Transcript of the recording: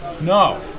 No